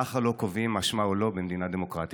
ככה לא קובעים אשמה, או לא במדינה דמוקרטית.